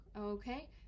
Okay